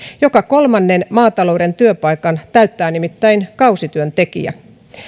joka kolmannen maatalouden työpaikan täyttää nimittäin kausityöntekijä